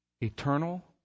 Eternal